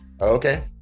okay